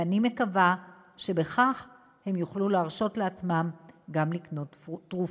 ואני מקווה שבכך הם יוכלו להרשות לעצמם גם לקנות תרופות.